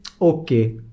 okay